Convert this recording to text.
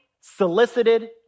solicited